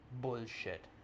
bullshit